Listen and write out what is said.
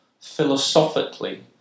philosophically